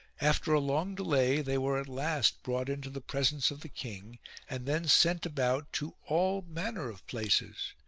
after a long delay they were at last brought into the presence of the king and then sent about to all manner of places.